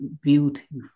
Beautiful